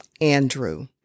Andrew